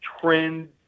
trend